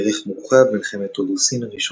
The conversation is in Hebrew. ערך מורחב – מלחמת הודו-סין הראשונה